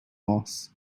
moss